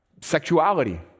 sexuality